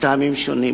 מטעמים שונים,